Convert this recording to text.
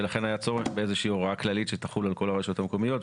ולכן היה צורך באיזושהי הוראה כללית שתחול על כל הרשויות המקומיות.